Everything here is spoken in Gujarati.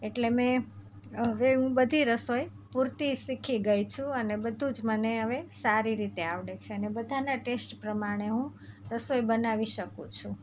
એટલે મેં હવે હું બધી રસોઈ પૂરતી શીખી ગઈ છું અને બધું જ મને હવે સારી રીતે આવડે છે અને બધાના ટેસ્ટ પ્રમાણે હું રસોઈ બનાવી શકું છું